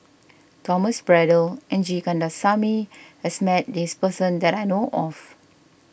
Thomas Braddell and G Kandasamy has met this person that I know of